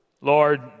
Lord